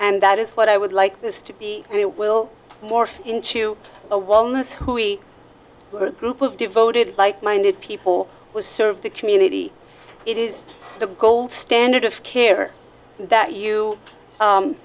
and that is what i would like this to be and it will morph into a wellness whoi group of devoted like minded people who serve the community it is the gold standard of care that you